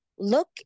Look